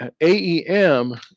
AEM